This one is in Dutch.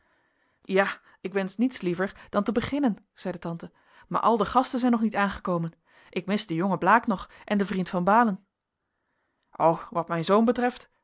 ja ik wensch niets liever dan te beginnen zeide tante maar al de gasten zijn nog niet aangekomen ik mis den jongen blaek nog en den vriend van baalen o wat mijn zoon betreft